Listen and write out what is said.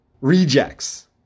rejects